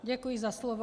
Děkuji za slovo.